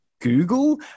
Google